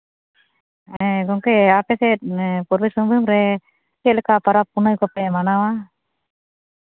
ᱦᱮᱸ ᱜᱚᱢᱠᱮ ᱟᱯᱮ ᱥᱮᱫ ᱯᱩᱨᱵᱚ ᱥᱤᱝᱵᱷᱩᱢ ᱨᱮ ᱪᱮᱫ ᱞᱮᱠᱟ ᱯᱚᱨᱚᱵᱽ ᱯᱩᱱᱟᱹᱭ ᱠᱚᱯᱮ ᱢᱟᱱᱟᱣᱟ